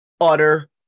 utter